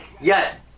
yes